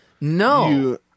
No